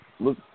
Look